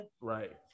Right